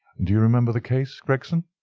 do you remember the case, gregson?